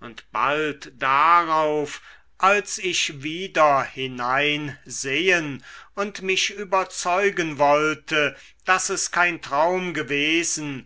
und bald darauf als ich wieder hineinsehen und mich überzeugen wollte daß es kein traum gewesen